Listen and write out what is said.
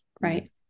right